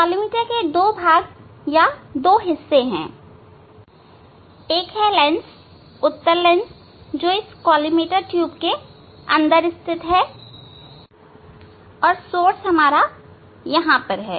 collimator के दो भाग या दो हिस्से हैं एक है लेंस उत्तल लेंस इस कॉलीमेटर ट्यूब के अंदर स्थिर है और स्त्रोत यहां हैं